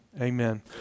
Amen